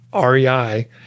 REI